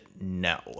no